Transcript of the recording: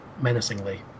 menacingly